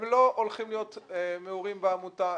הם לא הולכים להיות מעורים בעמותה.